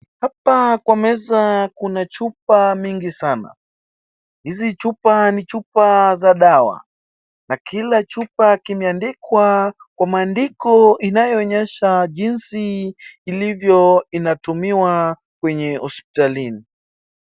Hapa kwa meza kuna chupa mingi sana hizi chupa ni chupa za dawa na kila chupa kimeandikwa kwa maandiko unaoonyesha jinsi ilivyo inatumiwa kwenye hospitalini.